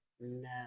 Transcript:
No